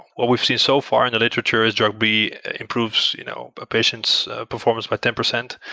what we've seen so far in the literature is drug b improves you know a patient's performance by ten percent,